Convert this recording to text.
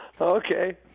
Okay